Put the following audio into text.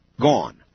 Gone